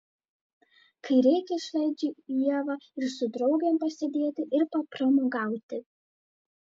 kai reikia išleidžiu ievą ir su draugėmis pasėdėti ir papramogauti